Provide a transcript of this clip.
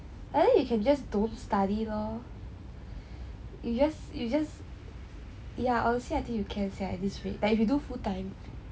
and then you can just don't study lor you just you just yeah honestly I think you can leh at this rate if you do full time